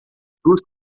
duas